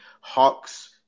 Hawks